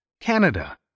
Canada